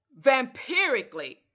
vampirically